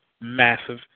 massive